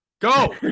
Go